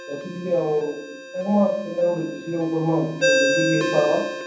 ବସିକରି କେନ୍ତା ଗୋଟେ ଡିସିସନ୍ କର୍ମା ଯେମତି ଜଲ୍ଦି ଟିକେ ହେଇ ପାର୍ମା